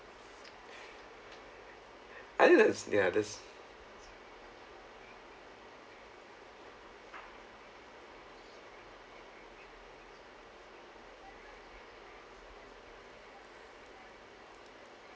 I think this ya this